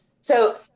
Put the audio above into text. So-